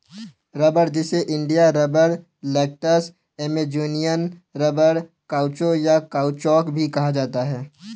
रबड़, जिसे India rubber, latex, Amazonian rubber, काउचो, या काउचौक भी कहा जाता है